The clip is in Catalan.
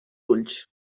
ulls